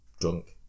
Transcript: Drunk